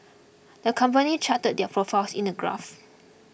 the company charted their profits in the graph